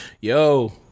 yo